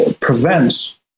prevents